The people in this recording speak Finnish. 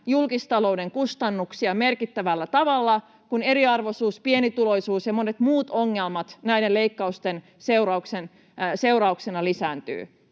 julkistalouden kustannuksia merkittävällä tavalla, kun eriarvoisuus, pienituloisuus ja monet muut ongelmat näiden leikkausten seurauksena lisääntyvät